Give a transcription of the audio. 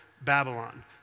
Babylon